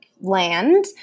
land